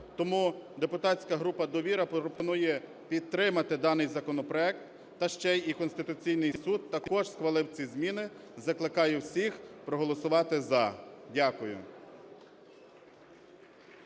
Тому депутатська група "Довіра" пропонує підтримати даний законопроект, та й ще і Конституційний Суд також схвалив ці зміни. Закликаю всіх проголосувати "за". Дякую.